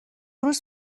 روز